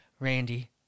Randy